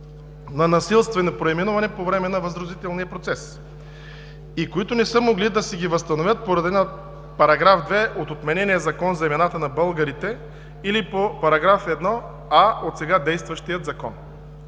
на насилствено преименуване по време на възродителния процес и които не са могли да си ги възстановят по реда на § 2 от отменения Закон за имената на българите, или по § 1а от сега действащия Закон.